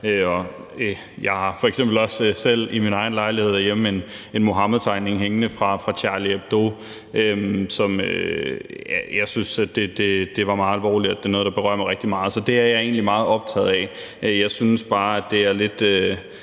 også selv i min egen lejlighed derhjemme en Muhammedtegning hængende fra Charlie Hebdo. Jeg synes, at det var meget alvorligt, og det er noget, der berører mig rigtig meget. Så det er jeg egentlig meget optaget af. Jeg synes bare, at det er lidt